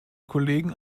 kollegen